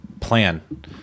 plan